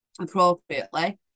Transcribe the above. appropriately